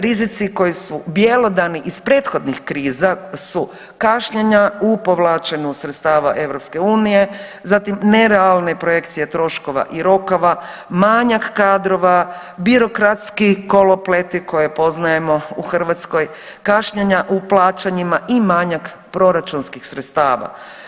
Rizici koji su bjelodani iz prethodnih kriza su kašnjenja u povlačenju sredstava EU, zatim nerealne projekcije troškova i rokova, manjak kadrova, birokratski kolopleti koje poznajemo u Hrvatskoj, kašnjenja u plaćanjima i manjak proračunskih sredstava.